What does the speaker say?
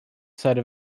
site